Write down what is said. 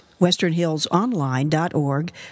WesternHillsOnline.org